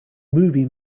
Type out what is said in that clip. movie